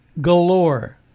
galore